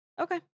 Okay